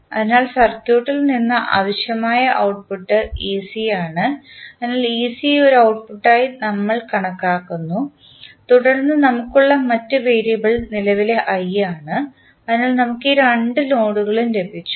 അതിനാൽ സർക്യൂട്ടിൽ നിന്ന് ആവശ്യമായ ഔട്ട്പുട്ട് ആണ് അതിനാൽ ഒരു ഔട്പുട്ടായി നമ്മൾ കണക്കാക്കുന്നു തുടർന്ന് നമുക്ക് ഉള്ള മറ്റ് വേരിയബിൾ നിലവിലെ i ആണ് അതിനാൽ നമുക്ക് ഈ രണ്ട് നോഡുകളും ലഭിച്ചു